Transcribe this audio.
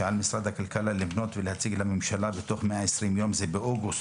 ש"על משרד הכלכלה לבנות ולהציג לממשלה בתוך 120 ימים" זה באוגוסט,